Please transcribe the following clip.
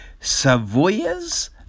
Savoyas